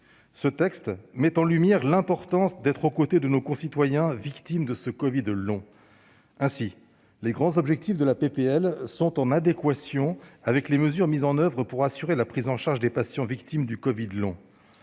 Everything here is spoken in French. celle-ci met en lumière l'importance d'être aux côtés de nos concitoyens victimes de ce covid long. Ainsi, ses grands objectifs sont en adéquation avec les mesures mises en oeuvre pour assurer la prise en charge des patients victimes du covid long.